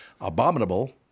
Abominable